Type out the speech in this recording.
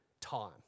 time